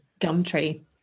gumtree